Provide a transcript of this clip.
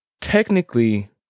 Technically